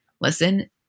listen